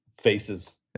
faces